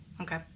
Okay